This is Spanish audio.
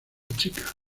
checa